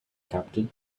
captain